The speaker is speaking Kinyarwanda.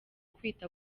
kwita